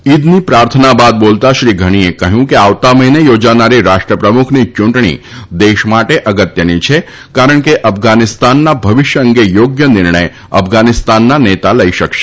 ઈદની પ્રાર્થના બાદ બોલતા શ્રી ધનીએ કહ્યું કે આવતા મહિને યોજાનારી રાષ્ટ્રપ્રમુખની યૂંટણી દેશ માટે અગત્યની છે કારણ કે અફઘાનિસ્તાનના ભવિષ્ય અંગે યોગ્ય નિર્ણય અફઘાનિસ્તાનના નેતા લઈ શકશે